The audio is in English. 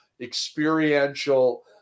experiential